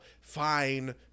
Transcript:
fine